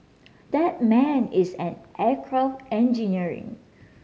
that man is an aircraft engineering